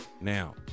Now